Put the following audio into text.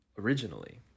originally